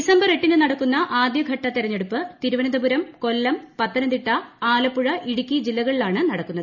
December എട്ടിന് നടക്കുന്ന ആദ്യ ഘട്ട തെരഞ്ഞെടുപ്പ് തിരുവനന്തപുരം കൊല്ലം പത്തനംതിട്ട ആലപ്പുഴ ഇടുക്കി് ജില്ലകളിലാണ് നടക്കുന്നത്